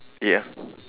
ya